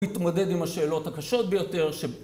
להתמודד עם השאלות הקשות ביותר